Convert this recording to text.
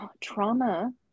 trauma